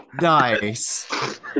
Nice